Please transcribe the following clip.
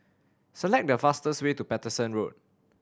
select the fastest way to Paterson Road